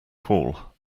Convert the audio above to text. call